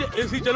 is